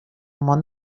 món